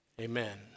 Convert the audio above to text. Amen